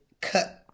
cut